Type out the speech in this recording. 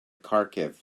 kharkiv